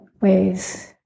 ways